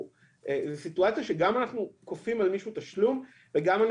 זו סיטואציה שגם אנחנו כופים על מישהו תשלום ואנחנו